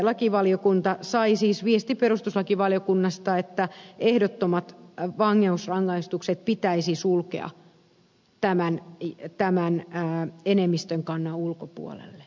lakivaliokunta sai siis viestin perustuslakivaliokunnasta että ehdottomat vankeusrangaistukset pitäisi sulkea tämän enemmistön kannan ulkopuolelle